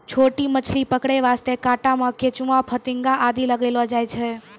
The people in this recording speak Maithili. छोटो मछली पकड़ै वास्तॅ कांटा मॅ केंचुआ, फतिंगा आदि लगैलो जाय छै